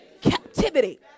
captivity